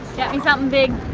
get me something big